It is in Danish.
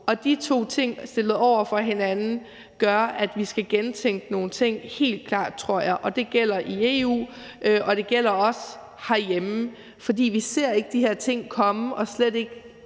De to ting stillet over for hinanden gør, at vi helt klart skal gentænke nogle ting – det gælder i EU, og det gælder også herhjemme. For vi ser ikke de her ting komme og slet ikke